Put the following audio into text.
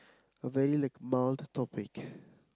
a very like mild topic